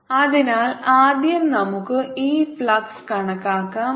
da⏟ E അതിനാൽ ആദ്യം നമുക്ക് ഈ ഫ്ലക്സ് കണക്കാക്കാം